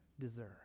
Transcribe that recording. deserve